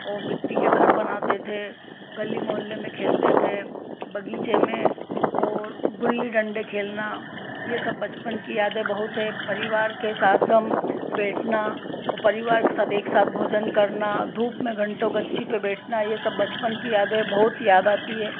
और मिट्टी के घर बनाते थे गली मोहल्ले में खेलते थे बगीचे में और गुल्ली डंडे खेलना ये सब बचपन की यादें बहुत हैं परिवार के साथ हम बैठना और परिवार के साथ भोजन करना धूप में घंटों गच्छी पे बैठना ये सब बचपन की यादें बहुत आती हैं